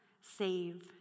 save